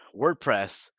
WordPress